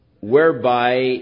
whereby